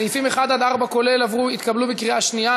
סעיפים 1 4 כולל התקבלו בקריאה שנייה.